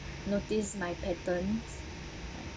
notice my pattern